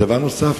דבר נוסף,